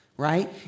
right